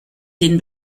den